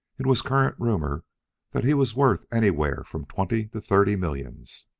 it was current rumor that he was worth anywhere from twenty to thirty millions.